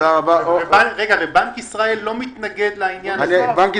בנק ישראל לא מתנגד לזה.